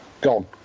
gone